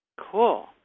Cool